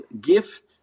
gift